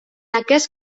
aquest